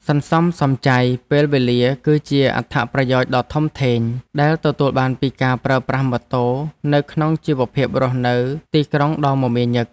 សន្សំសំចៃពេលវេលាគឺជាអត្ថប្រយោជន៍ដ៏ធំធេងដែលទទួលបានពីការប្រើប្រាស់ម៉ូតូនៅក្នុងជីវភាពរស់នៅទីក្រុងដ៏មមាញឹក។